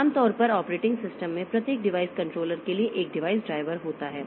आमतौर पर operating system में प्रत्येक डिवाइस कंट्रोलर के लिए एक डिवाइस ड्राइवर होता है